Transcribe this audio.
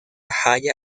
haya